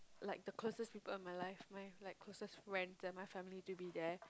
like the closest people in my life my like closest friends and my family to be there